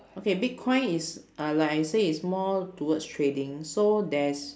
okay bitcoin is uh like I say is more towards trading so there's